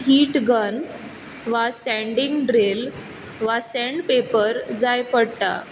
heat gun वा sanding drill वा sandpaper जाय पडटा